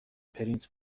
پرینت